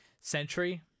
century